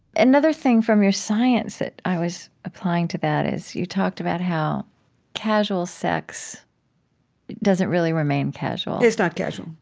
another thing from your science that i was applying to that is, you talked about how casual sex doesn't really remain casual it's not casual,